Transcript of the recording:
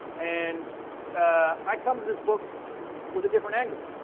and i come to this book with a different angle.